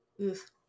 oof